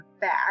back